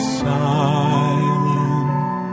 silent